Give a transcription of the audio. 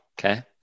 Okay